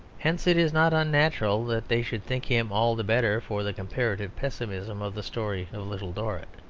hence it is not unnatural that they should think him all the better for the comparative pessimism of the story of little dorrit.